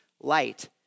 light